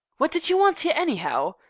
what did you want here, anyhow?